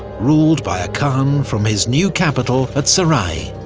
ruled by a khan from his new capital at sarai.